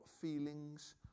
feelings